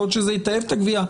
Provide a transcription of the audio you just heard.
יכול להיות שזה יטייב את הגבייה,